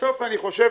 בסוף אני חושב,